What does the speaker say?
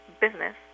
business